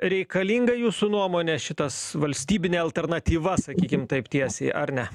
reikalinga jūsų nuomone šitas valstybinė alternatyva sakykim taip tiesiai ar ne